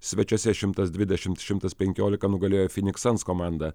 svečiuose šimtas dvidešimt šimtas penkiolika nugalėjo phoenix suns komandą